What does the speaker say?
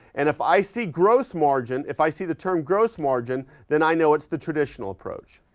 and if i see gross margin if i see the term gross margin then i know it's the traditional approach.